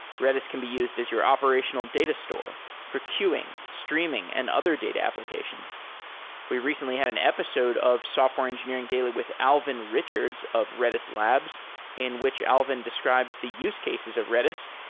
redis can be used as your operational data store for queuing, streaming and other data applications we recently had an episode of software engineering daily with alvin richards of redis labs in which alvin described the use cases of redis,